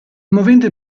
movente